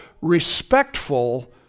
respectful